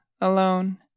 alone